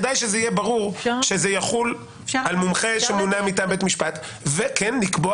כדאי שיהיה ברור שזה יחול על מומחה שמונה מטעם בית משפט וכן לקבוע